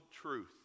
truth